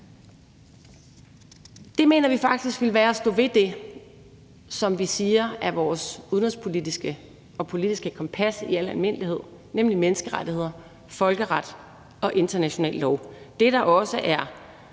Det mener vi faktisk ville være at stå ved det, som vi siger er vores udenrigspolitiske og politiske kompas i al almindelighed, nemlig menneskerettigheder, folkeret og international lov; det, der også er